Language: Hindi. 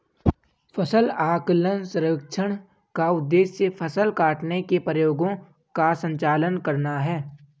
फसल आकलन सर्वेक्षण का उद्देश्य फसल काटने के प्रयोगों का संचालन करना है